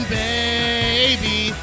baby